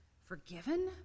Forgiven